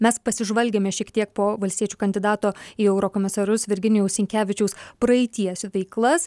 mes pasižvalgėme šiek tiek po valstiečių kandidato į eurokomisarus virginijaus sinkevičiaus praeities veiklas